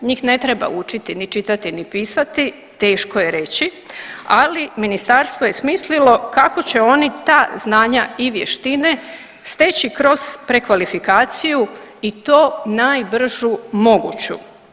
Njih ne treba učiniti ni čitati, ni pisati, teško je reći, ali ministarstvo je smislilo kako će oni ta znanja i vještine steći kroz prekvalifikaciju i to najbržu moguću.